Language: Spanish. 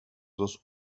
dos